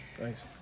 thanks